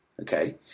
okay